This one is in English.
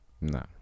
No